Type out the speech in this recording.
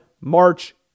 March